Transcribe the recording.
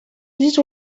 this